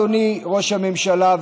אדוני ראש הממשלה,